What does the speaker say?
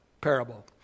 parable